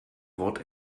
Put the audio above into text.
wort